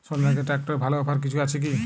সনালিকা ট্রাক্টরে ভালো অফার কিছু আছে কি?